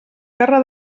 terra